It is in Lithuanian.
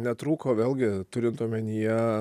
netrūko vėlgi turint omenyje